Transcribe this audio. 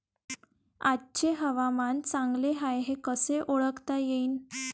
आजचे हवामान चांगले हाये हे कसे ओळखता येईन?